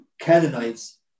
Canaanites